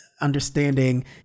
understanding